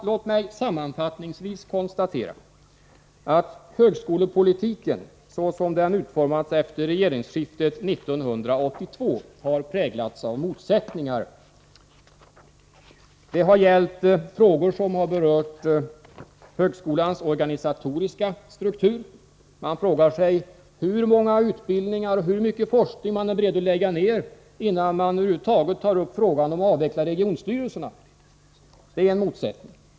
Låt mig sammanfattningsvis konstatera att högskolepolitiken, så som den utformats efter regeringsskiftet 1982, har präglats av motsättningar. De har gällt frågor som rör högskolans organisatoriska struktur. Man frågar sig: Hur många utbildningar och hur stor del av forskningen är regeringen beredd att lägga ned innan den över huvud taget tar upp frågan om att avveckla regionstyrelserna? Det är en motsättning.